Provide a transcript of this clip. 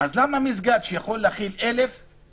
אז למה במסגד שיכול להכיל 1,000 איש,